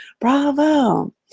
bravo